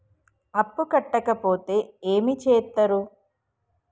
అప్పు కట్టకపోతే ఏమి చేత్తరు?